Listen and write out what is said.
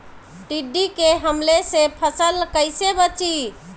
टिड्डी के हमले से फसल कइसे बची?